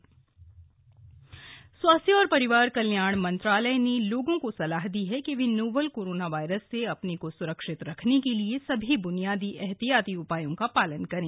corona virus advisory स्वास्थ्य और परिवार कल्याण मंत्रालय ने लोगों को सलाह दी है कि वे नोवल कोरोना वायरस से अपने को सुरक्षित रखने के लिए सभी ब्नियादी एहतियाती उपायों पालन करें